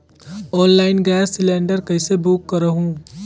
Online gas cylinder कइसे book करहु?